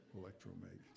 Electromagnetic